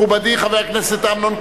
מכובדי חבר הכנסת אמנון כהן.